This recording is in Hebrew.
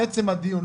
לעצם הדיון,